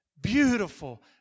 beautiful